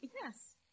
Yes